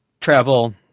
travel